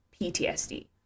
PTSD